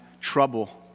trouble